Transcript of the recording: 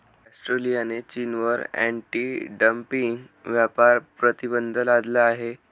ऑस्ट्रेलियाने चीनवर anti dumping व्यापार प्रतिबंध लादला आहे